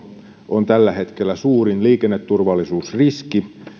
on tällä hetkellä suurin liikenneturvallisuusriski